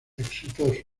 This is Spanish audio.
exitosos